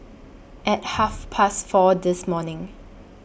At Half Past four This morning